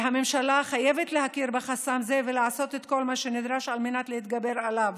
והממשלה חייבת להכיר בחסם זה ולעשות את כל מה שנדרש על מנת להתגבר עליו.